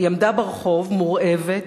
היא עמדה ברחוב מורעבת,